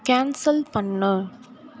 cancel பண்ணு